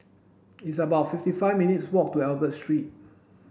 it's about fifty five minutes' walk to Albert Street